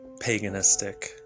paganistic